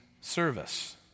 service